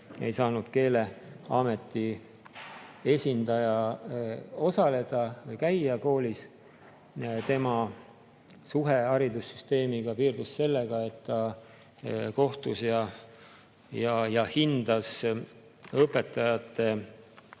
ei saanud Keeleameti esindaja osaleda või käia koolis ja tema suhe haridussüsteemiga piirdus sellega, et ta kohtus [õpetajatega]